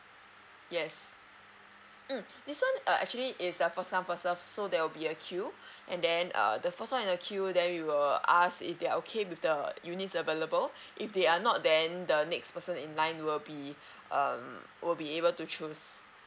yes mm this one err actually it's a first come first serve so there will be a queue and then err the first one the queue then we will ask if they are okay with the units available if they are not then the next person in line will be um we'll be able to choose